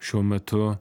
šiuo metu